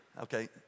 okay